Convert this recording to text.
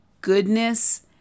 goodness